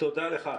תודה לך.